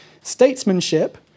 statesmanship